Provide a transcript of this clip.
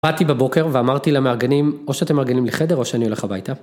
באתי בבוקר ואמרתי למארגנים, או שאתם מארגנים לי חדר או שאני הולך הביתה.